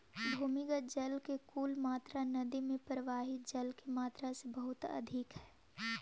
भूमिगत जल के कुल मात्रा नदि में प्रवाहित जल के मात्रा से बहुत अधिक हई